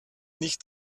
nicht